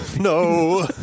No